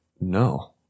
No